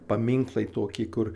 paminklai tokį kur